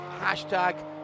hashtag